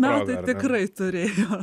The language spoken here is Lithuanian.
metai tikrai turėjo